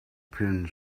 penn